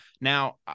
Now